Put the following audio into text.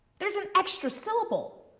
there's an extra syllable.